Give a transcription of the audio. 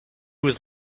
was